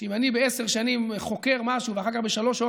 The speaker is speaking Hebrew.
שאם אני בעשר שנים חוקר משהו ואחר כך בשלוש שעות